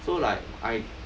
so like I